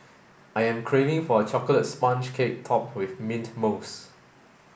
I am craving for a chocolate sponge cake topped with mint mousse